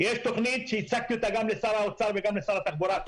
יש תוכנית שהצגתי אותה גם לשר האוצר וגם לשר התחבורה הקודמים.